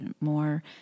more